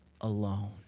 alone